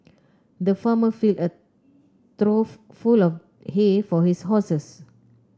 the farmer filled a through full of hay for his horses